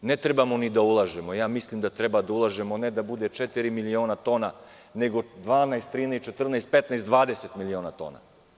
Ne trebamo ni da ulažemo, mislim da treba da ulažemo, ne da bude četiri miliona tona, nego 12, 13 ,14, 15, 20 miliona tona.